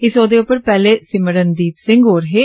इस औह्दे उप्पर पैह्ले सिमरणदीप सिंह होर हे